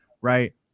right